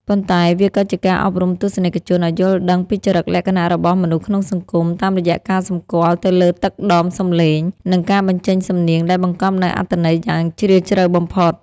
ប៉ុន្តែវាក៏ជាការអប់រំទស្សនិកជនឱ្យយល់ដឹងពីចរិតលក្ខណៈរបស់មនុស្សក្នុងសង្គម តាមរយៈការសម្គាល់ទៅលើទឹកដមសំឡេង និងការបញ្ចេញសំនៀងដែលបង្កប់នូវអត្ថន័យយ៉ាងជ្រាលជ្រៅបំផុត។